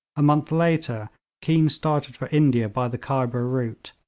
a month later keane started for india by the khyber route,